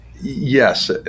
Yes